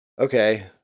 Okay